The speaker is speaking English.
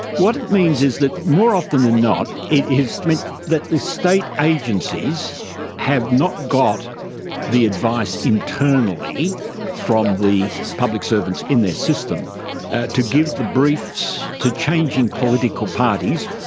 what it means is that more often than not it has meant that the state agencies have not got the advice internally from the public servants in their system to give the briefs to changing political parties,